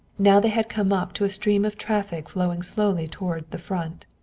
now they had come up to a stream of traffic flowing slowly toward the front.